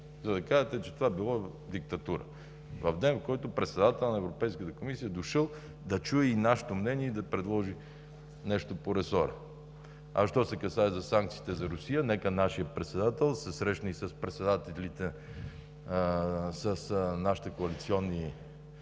за да кажете, че това било диктатура – в ден, в който председателят на Европейската комисия е дошъл да чуе и нашето мнение и да предложи нещо по ресора. Що се касае за санкциите към Русия. Нека нашият председател се срещне и с председателите на нашите коалиционни